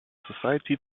society